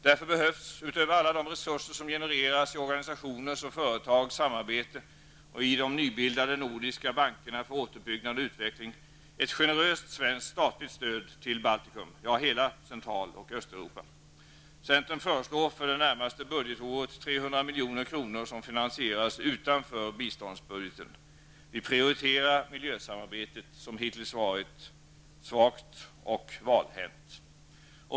Därför behövs, utöver alla de resurser som genereras i organisationers och företags samarbete och i de nybildade nordiska bankerna för återuppbyggnad och utveckling, ett generöst svenskt statligt stöd till Baltikum, ja till hela Central och Östeuropa. Centern föreslår för det närmaste budgetåret 300 milj.kr., som finansieras utanför biståndsbudgeten. Vi prioriterar miljösamarbetet, som hittills varit svagt och valhänt.